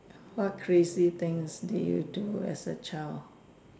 what crazy things did you do as a child